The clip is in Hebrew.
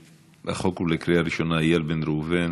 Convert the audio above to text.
החוק הוא בקריאה ראשונה: איל בן ראובן,